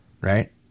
right